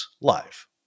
live